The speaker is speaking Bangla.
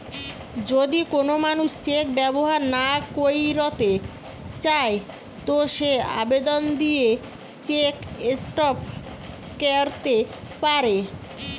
যদি কোন মানুষ চেক ব্যবহার না কইরতে চায় তো সে আবেদন দিয়ে চেক স্টপ ক্যরতে পারে